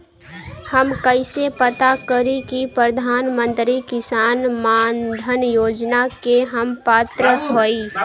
हम कइसे पता करी कि प्रधान मंत्री किसान मानधन योजना के हम पात्र हई?